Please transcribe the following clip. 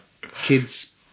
Kids